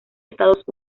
estados